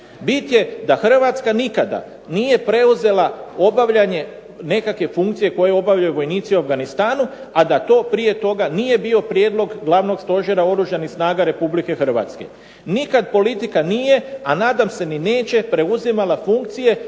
Bit je da Hrvatska nikada nije preuzela obavljanje nekakve funkcije koje obavljaju vojnici u Afganistanu, a da to prije toga nije bio prijedlog Glavnog stožera Oružanih snaga RH. Nikad politika nije, a nadam se ni neće preuzimala funkcije